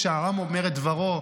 כשהעם אומר את דברו,